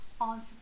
on